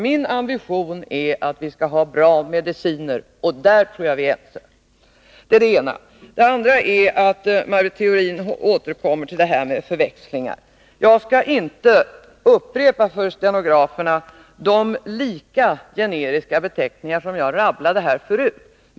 Min ambition är att vi skall ha bra mediciner, och där tror jag att vi är ense. Maj Britt Theorin återkommer till detta med förväxlingar. Jag skall inte upprepa för stenograferna de generiska beteckningar som jag rabblade upp förut och som liknar varandra.